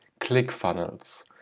ClickFunnels